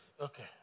Okay